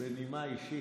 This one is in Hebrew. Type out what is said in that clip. בנימה אישית,